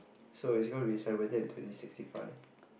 so is it gonna be celebrated in twenty sixty five